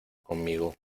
conmigo